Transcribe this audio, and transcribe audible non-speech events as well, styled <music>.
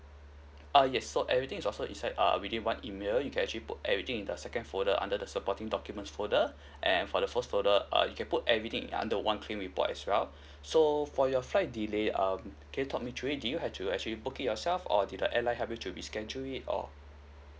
uh yes so everything is also inside err within one email you can actually put everything the second folder under the supporting documents folder and for the first folder uh you can put everything under one claim report as well <breath> so for your flight delay um can you talk me through it did you have to actually book it yourself or did the airline help you to be scan through it or